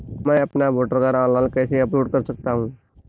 मैं अपना voter card online कैसे अपलोड कर सकता हूँ?